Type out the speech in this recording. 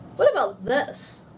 what about this?